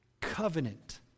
covenant